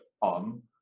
on